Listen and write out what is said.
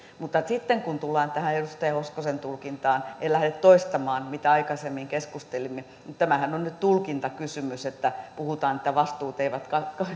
mutta sitten kun tullaan tähän edustaja hoskosen tulkintaan en lähde toistamaan mitä aikaisemmin keskustelimme tämähän on nyt tulkintakysymys kun puhutaan että vastuut eivät